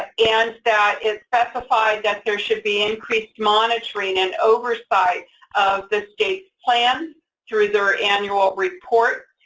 and and that it specified that there should be increased monitoring and oversight of the state's plan through their annual report,